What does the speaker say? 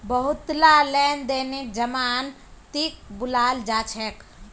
बहुतला लेन देनत जमानतीक बुलाल जा छेक